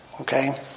Okay